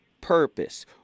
purpose